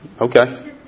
Okay